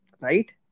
right